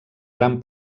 gran